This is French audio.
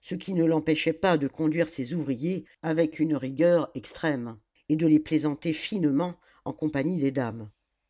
ce qui ne l'empêchait pas de conduire ses ouvriers avec une rigueur extrême et de les plaisanter finement en compagnie des dames